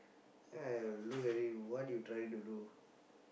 ah look at him what you trying to do